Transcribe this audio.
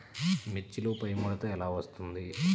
మిర్చిలో పైముడత ఎలా వస్తుంది?